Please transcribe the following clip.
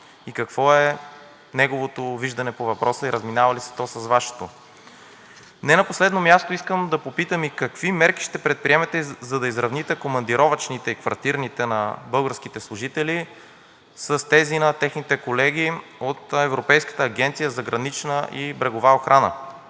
какво е неговото виждане по въпроса и разминава ли се то с Вашето? Не на последно място, искам да попитам: какви мерки ще предприемете, за да изравните командировъчните и квартирните на българските служители с тези на техните колеги от Европейската агенция за гранична и брегова охрана?